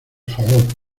favor